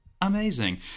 Amazing